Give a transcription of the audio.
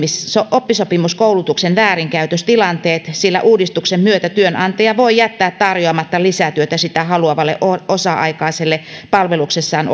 oppisopimuskoulutuksen väärinkäytöstilanteet sillä uudistuksen myötä työnantaja voi jättää tarjoamatta lisätyötä sitä haluavalle osa aikaiselle palveluksessaan